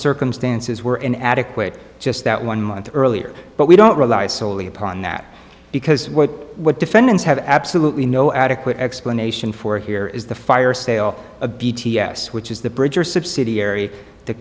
circumstances were in adequate just that one month earlier but we don't rely solely upon that because what defendants have absolutely no adequate explanation for here is the fire sale of b t s which is the bridge or subsidiary the